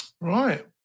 Right